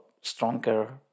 stronger